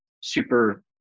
super